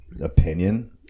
opinion